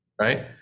right